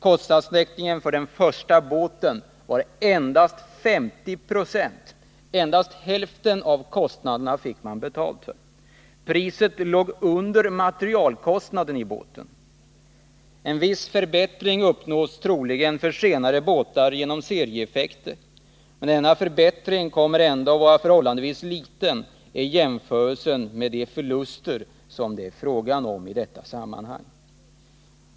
Kostnadstäckningen för den första båten var endast 50 90 — man fick alltså bara betalt för hälften av kostnaderna. Priset låg under materialkostnaden. En viss förbättring uppnås troligen för senare båtar genom serieeffekter, men denna förbättring kommer ändå att vara förhållandevis liten i jämförelse med de förluster det i detta sammanhang är fråga om.